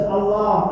Allah